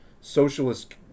socialist